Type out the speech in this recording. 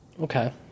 Okay